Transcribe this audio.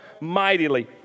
mightily